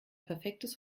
perfektes